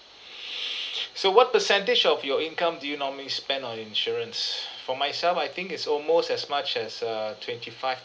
so what percentage of your income do you normally spend on insurance for myself I think it's almost as much as err twenty-five